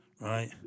right